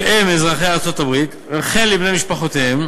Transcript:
שהם אזרחי ארצות-הברית, וכן לבני משפחותיהם,